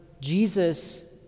Jesus